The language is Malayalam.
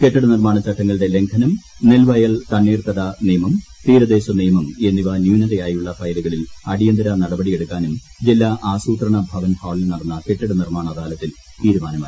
കെട്ടിട നിർമാണ ചട്ടങ്ങളുടെ ലംഘനം നെൽവയൽ തണ്ണീർത്തട നിയമം തീരദേശ നിയമം എന്നിവ ന്യൂനതയായുള്ള ഫയലുകളിൽ അടിയന്തിര നടപടിയെടുക്കാനും ജില്ലാ ആസൂത്രണ ഭവൻ ഹാളിൽ നടന്ന കെട്ടിട നിർമാണ അദാലത്തിൽ തീരുമാനമായി